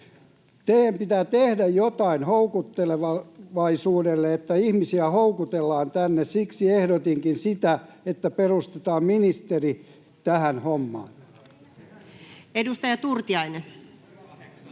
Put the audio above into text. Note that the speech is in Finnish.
Teidän pitää tehdä jotain houkuttelevaisuudelle, että ihmisiä houkutellaan tänne. Siksi ehdotinkin sitä, että perustetaan ministeri tähän hommaan. Edustaja Turtiainen. —